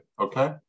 okay